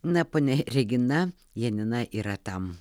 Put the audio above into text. na ponia regina janina yra tam